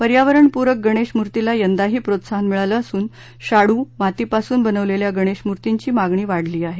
पर्यावरणपुरक गणेश मूर्तीला यंदाही प्रोत्साहन मिळालं असून शाङू मातीपासून बनवलेल्या गणेश मूर्तींची मागणी वाढली आहे